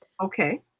Okay